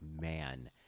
man